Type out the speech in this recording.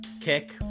kick